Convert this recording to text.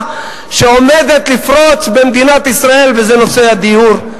שעומדת לפרוץ במדינת ישראל וזה נושא הדיור.